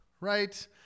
right